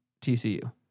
TCU